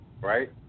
right